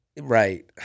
Right